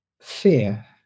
fear